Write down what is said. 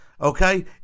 Okay